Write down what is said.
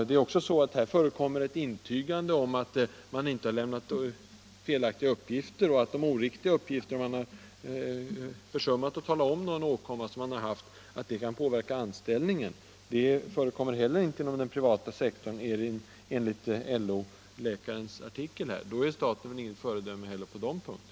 Man måste också intyga att man inte har lämnat felaktiga uppgifter. Om man har försummat att nämna någon åkomma som man har haft, kan det påverka anställningen. Sådant finns inte heller inom den privata sektorn, enligt LO-läkarens artikel. Då är staten väl inget föredöme på de punkterna heller.